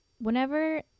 Whenever